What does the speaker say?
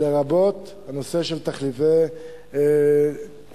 לרבות הנושא של תחליפי החלב.